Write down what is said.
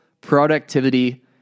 productivity